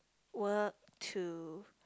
work to